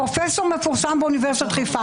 פרופסור מפורסם באוניברסיטת חיפה.